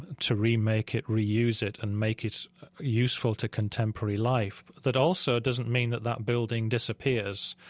to remake it, reuse it, and make it useful to contemporary life? that also doesn't mean that that building disappears,